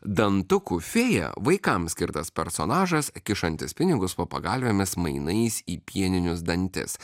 dantukų fėja vaikam skirtas personažas kišantis pinigus po pagalvėmis mainais į pieninius dantis